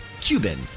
Cuban